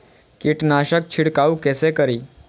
कीट नाशक छीरकाउ केसे करी?